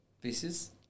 pieces